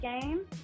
game